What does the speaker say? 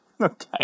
okay